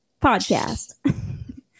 podcast